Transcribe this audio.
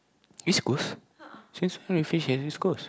East-Coast since when we fish at East-Coast